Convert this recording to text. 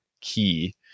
key